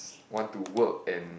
want to work and